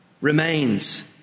remains